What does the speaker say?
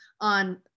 on